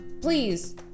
please